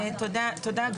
את ברגע זה עושה את זה.